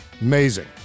Amazing